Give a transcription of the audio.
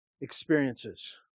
experiences